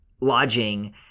lodging